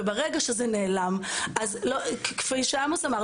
ברגע שזה נעלם כפי שעמוס אמר,